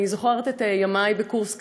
אני זוכרת את ימי בקורס קצינות,